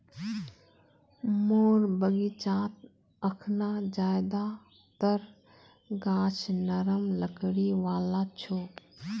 मोर बगीचात अखना ज्यादातर गाछ नरम लकड़ी वाला छ